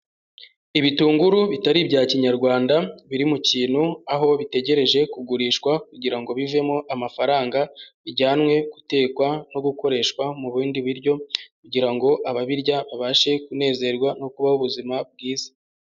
Ibitunguru bitari ibya Kinyarwanda biri mu kintu aho bitegereje kugurishwa kugira ngo bivemo amafaranga bijyanwe gutekwa no gukoreshwa mu bindi biryo kugira ngo ababirya babashe kunezerwa no kubaho ubuzima bwiza.